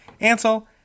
Ansel